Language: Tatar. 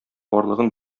барлыгын